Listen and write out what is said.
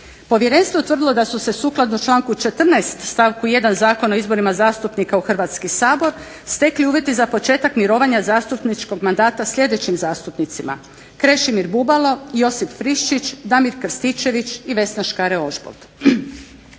Povjerenstvo je utvrdilo da su se sukladno članku 14. stavku 1. Zakona o izborima zastupnika u Hrvatski sabor stekli uvjeti za početak mirovanja zastupničkog mandata sljedećim zastupnicima: Krešimir Bubalo, Josip Friščić, Damir Krstičević i Vesna Škare Ožbolt.